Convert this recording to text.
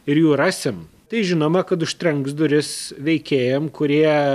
ir jų rasim tai žinoma kad užtrenks duris veikėjam kurie